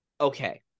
okay